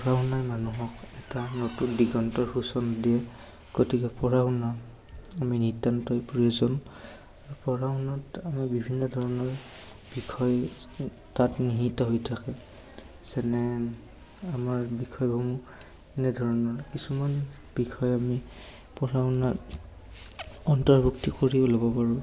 পঢ়া শুনাই মানুহক এটা নতুন দিগন্তৰ শোচণ দিয়ে গতিকে পঢ়া শুনা আমি নিত্যান্তই প্ৰয়োজন পঢ়া শুনাত আমি বিভিন্ন ধৰণৰ বিষয় তাত নিহিত হৈ থাকে যেনে আমাৰ বিষয়সমূহ এনেধৰণৰ কিছুমান বিষয় আমি পঢ়া শুনাত অন্তৰ্ভুক্তি কৰিও ল'ব পাৰোঁ